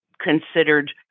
considered